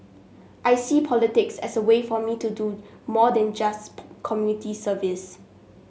I see politics as a way for me to do more than just community service